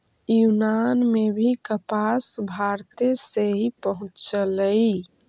यूनान में भी कपास भारते से ही पहुँचलई